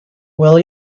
will